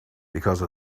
because